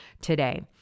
today